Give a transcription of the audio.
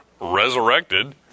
resurrected